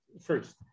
first